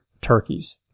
turkeys